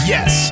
Yes